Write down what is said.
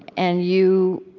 and you